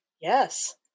Yes